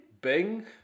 Bing